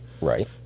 right